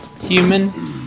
human